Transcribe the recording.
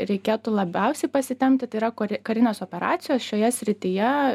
reikėtų labiausiai pasitempti tai yra karinės operacijos šioje srityje